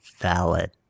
valid